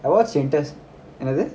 I watch என்னது:ennadhu